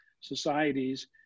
societies